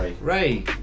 Ray